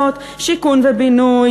"שיכון ובינוי",